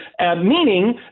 meaning